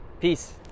Peace